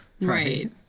right